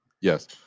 Yes